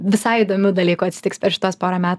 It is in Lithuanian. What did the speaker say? visai įdomių dalykų atsitiks per šituos porą metų